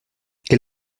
quel